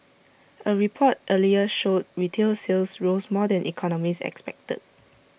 A report earlier showed retail sales rose more than economists expected